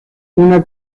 una